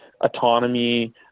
autonomy